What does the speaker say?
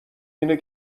اینه